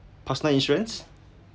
personal insurance